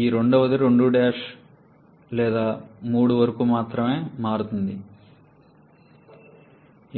ఈ రెండవది 2 నుండి 3 లేదా 3 వరకు మారుతుంది